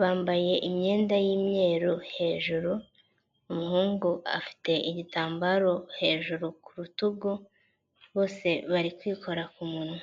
bambaye imyenda y'imyeru hejuru umuhungu afite igitambaro hejuru ku rutugu, bose bari kwikora ku munwa.